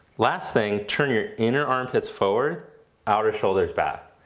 last thing turn your inner armpits forward outer shoulders back.